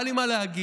והיה לי מה להגיב,